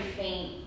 faint